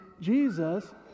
Jesus